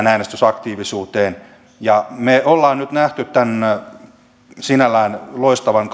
äänestysaktiivisuuteen ja me olemme nyt nähneet tämän sinänsä loistavan